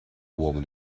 woman